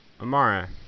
Amara